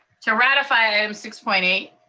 to ratify item six point eight.